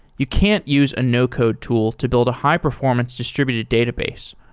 you can't use a no-code tool to build a high-performance distributed database,